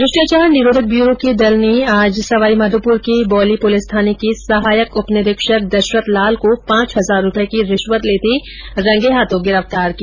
भ्रष्टाचार निरोधक ब्यूरो के दल ने सवाईमाधोपुर के बौंली पुलिस थाने के सहायक उपनिरीक्षक दशरथ लाल को पांच हजार रूपये की रिश्वत लेते रंगे हाथों गिरफ्तार किया